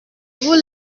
vous